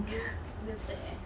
wilt wilted eh